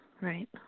Right